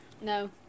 No